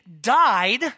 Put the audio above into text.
died